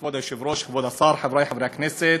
כבוד היושב-ראש, כבוד השר, חברי חברי הכנסת,